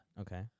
Okay